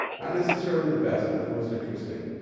not necessarily the best, but the most interesting.